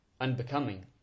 unbecoming